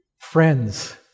friends